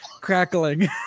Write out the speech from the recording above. crackling